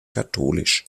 katholisch